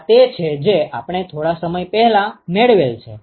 આ તે છે જે આપણે થોડા સમય પહેલાં મેળવેલ છે